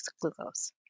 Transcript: glucose